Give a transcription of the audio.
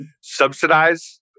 subsidize